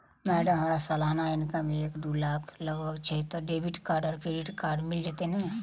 Madam हम्मर सलाना income एक दु लाख लगभग छैय तऽ डेबिट कार्ड आ क्रेडिट कार्ड मिल जतैई नै?